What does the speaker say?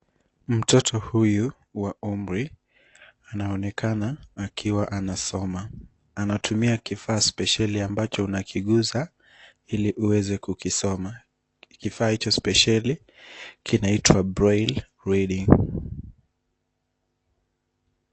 Mtoto huyu wa umri anaonekana akiwa anasoma. Anatumia kifaa spesheli ambacho unakiguza ili uweze kukisoma. Kifaa hicho spesheli kinaitwa braille reading .